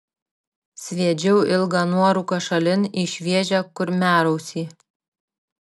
sviedžiau ilgą nuorūką šalin į šviežią kurmiarausį